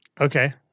Okay